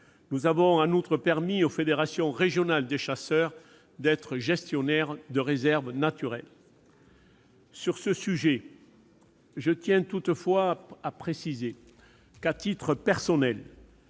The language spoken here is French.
Nous avons en outre permis aux fédérations régionales des chasseurs d'être gestionnaires de réserves naturelles. Sur ce sujet, je tiens toutefois à préciser que, à titre personnel,